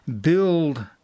build